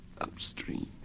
upstream